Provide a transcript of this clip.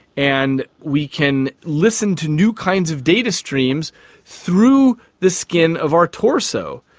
and we can listen to new kinds of data streams through the skin of our torso.